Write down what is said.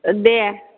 दे